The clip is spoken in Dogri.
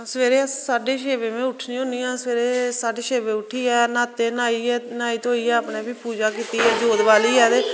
सबेरे साढे छे बजे में उट्ठनी होन्नी आं सबेरे साढे छे बजे उट्ठियै न्हाई धोइयै अपने फ्ही पूजा कीती जोत बाल्ली ऐ ते